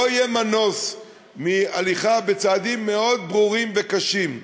לא יהיה מנוס מהליכה לצעדים מאוד ברורים וקשים.